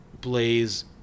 Blaze